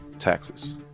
taxes